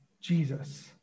Jesus